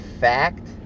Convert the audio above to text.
fact